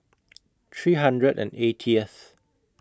three hundred and eightieth